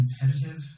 competitive